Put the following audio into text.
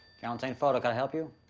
galantine photo, could i help you?